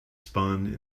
spun